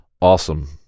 awesome